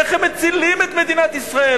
איך הם מצילים את מדינת ישראל,